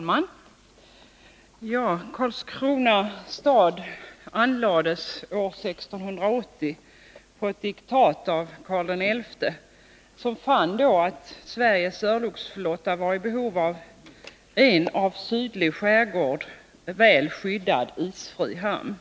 Herr talman! Karlskrona stad anlades år 1680 efter ett diktat av Karl XI, som då fann att Sveriges örlogsflotta var i behov av en av sydlig skärgård väl skyddad isfri hamn.